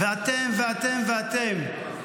ואתם, ואתם, ואתם.